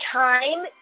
time